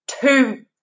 two